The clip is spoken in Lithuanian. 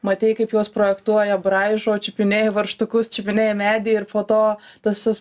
matei kaip juos projektuoja braižo čiupinėji varžtukus čiupinėji medį ir po to tas